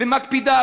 ומקפידה,